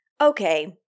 Okay